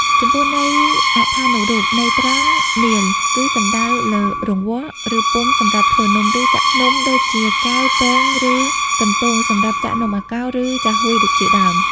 ចំពោះន័យអត្ថានុរូប ន័យត្រង់ នាឡិ គឺសំដៅលើរង្វាស់ ឬពុម្ពសម្រាប់ធ្វើនំ ឬចាក់នំ ដូចជាពែង កែវ ឬកន្ទោងសម្រាប់ចាក់នំអាកោរ ឬចាហួយជាដើម។